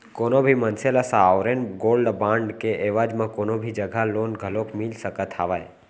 कोनो भी मनसे ल सॉवरेन गोल्ड बांड के एवज म कोनो भी जघा लोन घलोक मिल सकत हावय